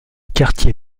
quartier